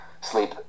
sleep